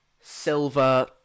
silver